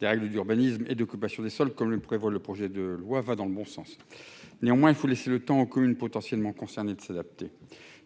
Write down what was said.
des règles d'urbanisme et d'occupation des sols, tels que les prévoit le projet de loi, vont dans le bon sens. Néanmoins, il faut laisser le temps aux communes potentiellement concernées de s'adapter.